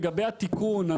לגבי התיקון,